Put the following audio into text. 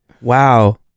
Wow